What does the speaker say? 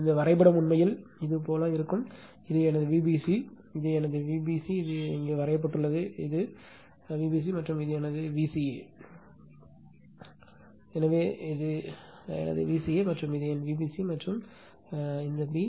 இந்த வரைபடம் உண்மையில் இது போலவே இருக்கும் இது எனது Vbc எனவே இது எனது Vbc இது இங்கே வரையப்பட்டுள்ளது இது Vbc மற்றும் இது எனது Vca எனவே இது எனது விசிஏ இது எனவே இது எனது விசிஏ மற்றும் இது என் Vbcமற்றும் இந்த பி